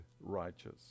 righteous